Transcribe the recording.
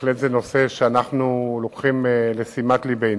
וזה בהחלט נושא שאנחנו לוקחים לתשומת לבנו,